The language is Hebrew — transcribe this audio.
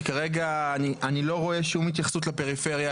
כי כרגע אני לא רואה שום התייחסות לפריפריה.